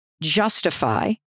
justify